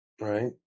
right